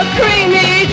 creamy